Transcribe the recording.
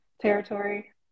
territory